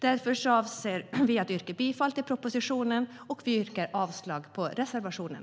Därför yrkar vi bifall till propositionen och avslag på reservationen.